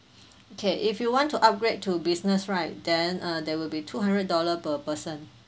okay if you want to upgrade to business right then uh there will be two hundred dollar per person